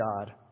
God